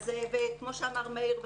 כמו שאמר מאיר,